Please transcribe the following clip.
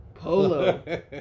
Polo